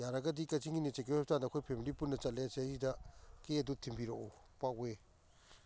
ꯌꯥꯔꯒꯗꯤ ꯀꯛꯆꯤꯡꯒꯤ new secure ꯍꯣꯁꯄꯤꯇꯥꯜꯗ ꯑꯩꯈꯣꯏ ꯐꯦꯃꯤꯂꯤ ꯄꯨꯟꯅ ꯆꯠꯂꯦ ꯁꯤꯗꯩꯁꯤꯗ ꯀꯦꯛ ꯑꯗꯨ ꯊꯤꯟꯕꯤꯔꯛꯑꯣ ꯄꯥꯛꯋꯦ